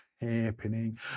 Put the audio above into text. happening